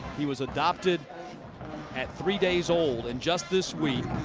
he was adopted at three days old and just this week,